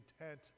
intent